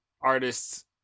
artists